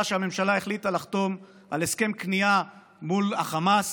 שהממשלה החליטה לחתום על הסכם כניעה מול החמאס,